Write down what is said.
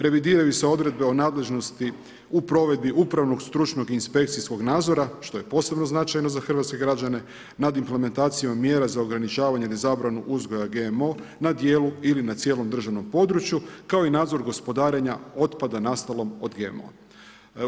Revidiraju se odredbe o nadležnosti u provedbi upravnog, stručnog i inspekcijskog nadzora što je posebno značajno za hrvatske građene nad implementacijom mjera za ograničavanje ili zabranu uzgoja GMO na dijelu ili na cijelom državnom području kao i nadzor gospodarenja otpada nastalom od GMO-a.